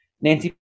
Nancy